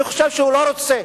אני חושב שהוא לא רוצה.